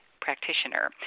Practitioner